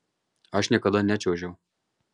aš niekada nečiuožiau